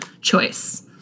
choice